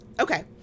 Okay